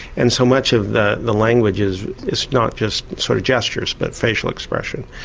and so much of the the language is is not just sort of gestures but facial expression.